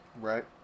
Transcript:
Right